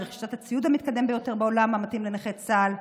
ברכישת הציוד המתקדם ביותר בעולם המתאים לנכי צה"ל.